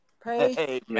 Praise